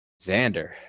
Xander